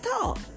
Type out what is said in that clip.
talk